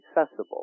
accessible